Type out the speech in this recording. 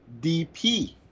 DP